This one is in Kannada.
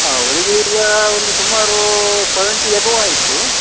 ಅವ್ರಿಗೆ ಈಗ ಒಂದು ಸುಮಾರು ಸವೆಂಟಿ ಎಬೋ ಆಯಿತು